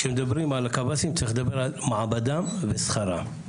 כשמדברים על קב"סים צריך לדבר על מעמדם ושכרם.